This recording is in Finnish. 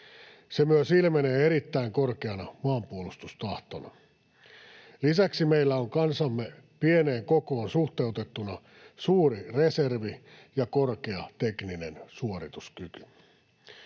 Se ilmenee myös erittäin korkeana maanpuolustustahtona. Lisäksi meillä on kansamme pieneen kokoon suhteutettuna suuri reservi ja korkea tekninen suorituskyky.